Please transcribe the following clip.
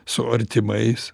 su artimais